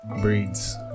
breeds